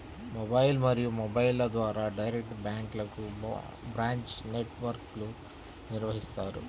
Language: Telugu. మెయిల్ మరియు మొబైల్ల ద్వారా డైరెక్ట్ బ్యాంక్లకు బ్రాంచ్ నెట్ వర్క్ను నిర్వహిత్తారు